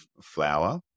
flour